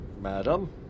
madam